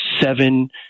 seven